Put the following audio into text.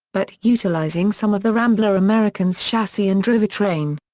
but utilizing some of the rambler american's chassis and drivetrain.